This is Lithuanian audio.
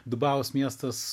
dubajaus miestas